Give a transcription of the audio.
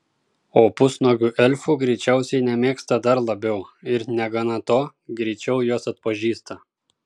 o pusnuogių elfų greičiausiai nemėgsta dar labiau ir negana to greičiau juos atpažįsta